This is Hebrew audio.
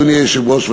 אדוני היושב-ראש,